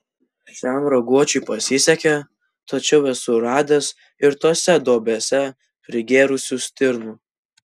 šiam raguočiui pasisekė tačiau esu radęs ir tose duobėse prigėrusių stirnų